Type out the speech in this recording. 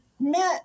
met